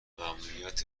ممنوعیت